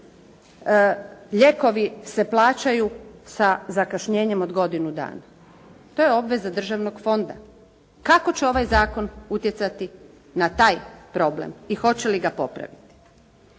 lijekovi se plaćaju sa zakašnjenjem od godinu dana. To je obveza državnog fonda. Kako će ovaj zakon utjecati na taj problem i hoće li ga popraviti?